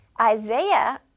Isaiah